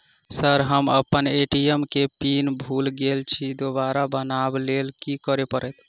Sir हम अप्पन ATM केँ पिन भूल गेल छी दोबारा बनाब लैल की करऽ परतै?